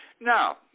Now